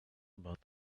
about